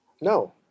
No